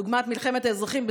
דוגמת מלחמת האזרחים בסוריה,